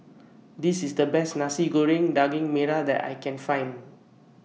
This IS The Best Nasi Goreng Daging Merah that I Can Find